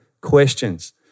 questions